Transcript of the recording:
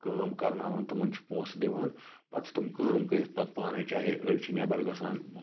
کٲم کَرناوان تمن چھِ پونٛسہِ دِوان پتہٕ چھ تم کٲم کٔرِتھ پتہٕ پانے چاہے أڑۍ چھِ نیٚبر گژھان